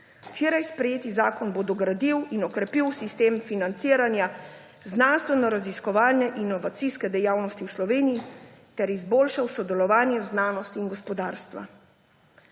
Včeraj sprejet zakon bo dogradil in okrepil sistem financiranja znanstvenoraziskovalne in inovacijske dejavnosti v Sloveniji ter izboljšal sodelovanje znanosti in gospodarstva.